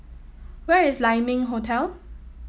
where is Lai Ming Hotel